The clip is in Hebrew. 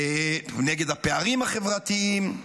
נגד הפערים החברתיים,